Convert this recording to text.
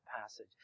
passage